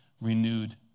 renewed